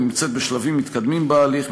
היא נמצאת בשלבים מתקדמים בהליך.